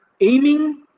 aiming